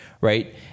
right